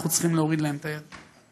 אנחנו צריכים להוריד להם את היד.